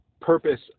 purpose